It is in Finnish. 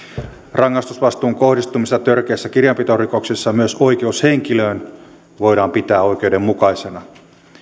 rangaistusvastuun kohdistumista törkeässä kirjanpitorikoksessa myös oikeushenkilöön voidaan pitää oikeudenmukaisena